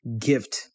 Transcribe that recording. gift